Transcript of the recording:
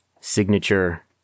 signature